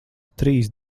trīs